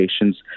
patients